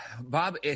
Bob